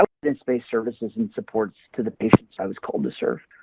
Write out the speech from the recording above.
ah evidence-based services and supports to the patients i was called to serve.